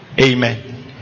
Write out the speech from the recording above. Amen